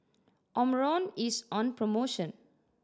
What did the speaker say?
Omron is on promotion